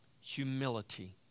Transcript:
humility